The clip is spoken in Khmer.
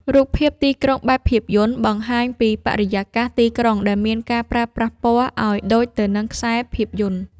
រូបភាពទីក្រុងបែបភាពយន្ត បង្ហាញពីបរិយាកាសទីក្រុងដែលមានការប្រើប្រាស់ពណ៌ ឱ្យដូចទៅនឹងខ្សែភាពយន្ត។